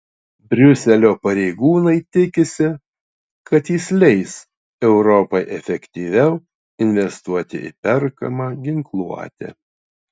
briuselio pareigūnai tikisi kad jis leis europai efektyviau investuoti į perkamą ginkluotę